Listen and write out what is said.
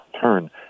turn